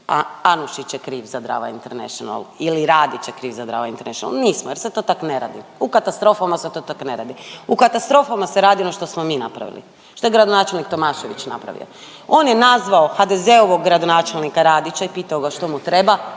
Anušić je kriv za Drava international ili Radić je kriv za Drava international. Nismo, jer se to tak ne radi, u katastrofama se to tak ne radi. U katastrofama se radi ono što smo mi napravili, što je gradonačelnik Tomašević napravio. On je nazvao HDZ-ovog gradonačelnika Radića i pitao ga što mu treba